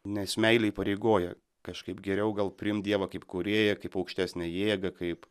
nes meilė įpareigoja kažkaip geriau gal priimt dievą kaip kūrėją kaip aukštesnę jėgą kaip